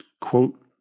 Quote